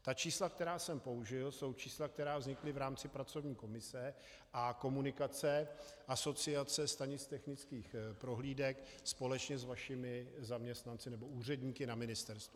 Ta čísla, která jsem použil, jsou čísla, která vznikla v rámci pracovní komise a komunikace asociace stanic technických prohlídek společně s vašimi zaměstnanci nebo úředníky na ministerstvu.